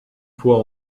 fois